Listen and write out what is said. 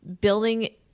building